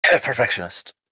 Perfectionist